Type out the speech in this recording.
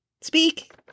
Speak